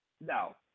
No